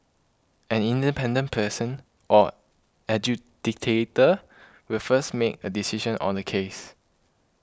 an independent person or adjudicator will first make a decision on the case